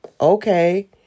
okay